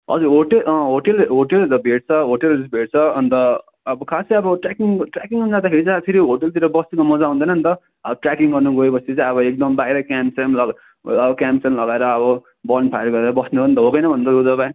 हजुर hotel hotel hotel त भेट्छ होटेल भेट्छ अन्त अब खासै अब ट्रेकिङ ट्रेकिङमा जाँदाखेरि चाहिँ फेरि होटेलतिर बस्नुमा मजा आउँदैन नि त अब ट्रेकिङ गर्नु गएपछि त अब एकदम बाहिर क्याम्पस्याम्प लगाए अब क्याम्पस्याम्प लगाएर अब बोनफायर गरेर बस्ने हो नि त हो कि हैन भन्नु त रुद्र बा